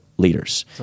leaders